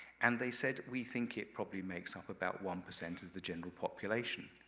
and they said, we think it probably makes up about one percent of the general population.